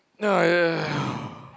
ah ya